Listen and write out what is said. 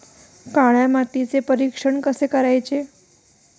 काळ्या मातीचे परीक्षण कसे करायचे?